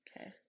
Okay